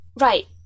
Right